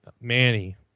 Manny